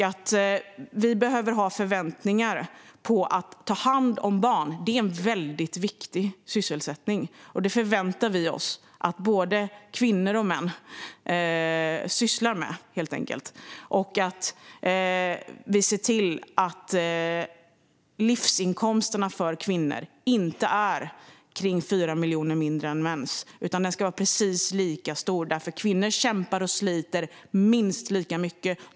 Att ta hand om barn är en väldigt viktig sysselsättning, och det förväntar vi oss att både kvinnor och män ska syssla med. Vi vill se till att livsinkomsten för kvinnor inte ska vara kring 4 miljoner mindre än för män. Den ska vara precis lika stor, för kvinnor kämpar och sliter minst lika mycket.